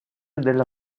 della